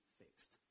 fixed